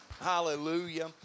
Hallelujah